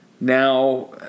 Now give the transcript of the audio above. Now